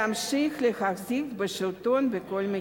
להמשיך ולהחזיק בשלטון בכל מחיר.